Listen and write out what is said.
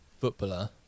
footballer